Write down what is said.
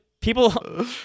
people